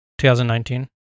2019